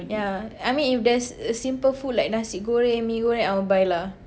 yeah I mean if there's simple food like nasi goreng mi goreng I'll buy lah